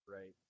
Right